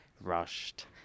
rushed